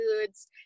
foods